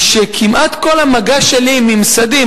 היא שכמעט כל המגע שלי עם ממסדים,